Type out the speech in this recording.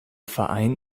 verein